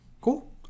cool